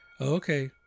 okay